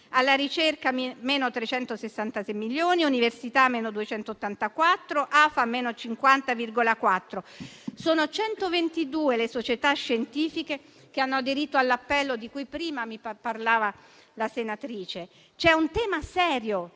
alla ricerca, meno 366 milioni; alle università, meno 284; alle AFAM meno 50,4. Sono 122 le società scientifiche che hanno aderito all'appello di cui prima parlava la senatrice. C'è un tema serio